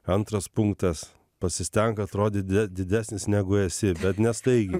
antras punktas pasistenk atrodyt didesnis negu esi bet ne staigiai